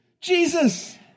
Jesus